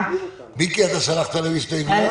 מיקי, אתה שלחת להם הסתייגויות?